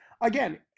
again